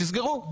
תסגרו".